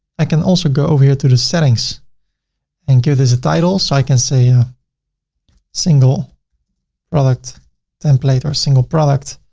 i can also go over here to the settings and give this a title. so i can say a single product template or a single product